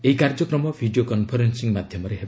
ଏହି କାର୍ଯ୍ୟକ୍ରମ video conferencing ମାଧ୍ୟମରେ ହେବ